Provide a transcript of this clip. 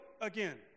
again